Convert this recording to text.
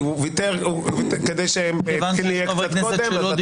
חבר הכנסת גלעד קריב,